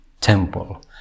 temple